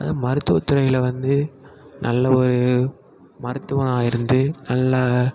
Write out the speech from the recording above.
அதுவும் மருத்துவத்துறையில் வந்து நல்ல ஒரு மருத்துவனாக இருந்து நல்ல